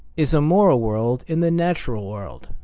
is a moral world in the natural world,